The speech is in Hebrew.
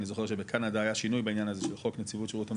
אני זוכר שבקנדה היה שירות בחוק נציבות שירות המדינה,